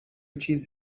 چیز